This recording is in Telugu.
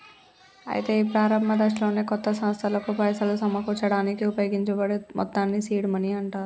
అయితే ఈ ప్రారంభ దశలోనే కొత్త సంస్థలకు పైసలు సమకూర్చడానికి ఉపయోగించబడే మొత్తాన్ని సీడ్ మనీ అంటారు